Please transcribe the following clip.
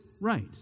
right